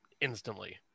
instantly